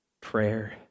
prayer